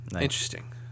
Interesting